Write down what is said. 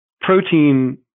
protein